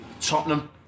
Tottenham